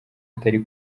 atari